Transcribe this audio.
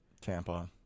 Tampa